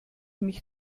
mich